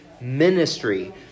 ministry